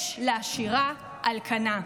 יש להשאירה על כנה.